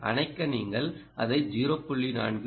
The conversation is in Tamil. ஆனால் அணைக்க நீங்கள் அதை 0